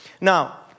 Now